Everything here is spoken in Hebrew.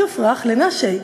"שופרך לנשי",